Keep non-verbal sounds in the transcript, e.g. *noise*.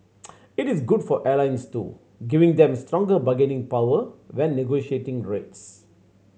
*noise* it is good for airlines too giving them stronger bargaining power when negotiating rates